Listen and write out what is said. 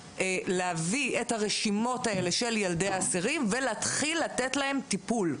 להביא את הרשימות האלה של ילדי האסירים ולהתחיל לתת להם טיפול.